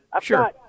Sure